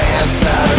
answer